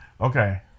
Okay